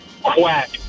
Quack